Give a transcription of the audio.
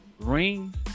rings